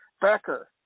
Becker